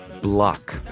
block